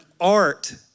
Art